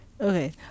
okay